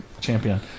champion